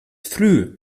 früh